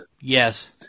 Yes